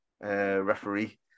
referee